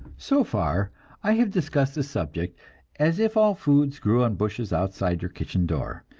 so far i have discussed this subject as if all foods grew on bushes outside your kitchen door,